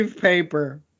paper